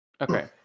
Okay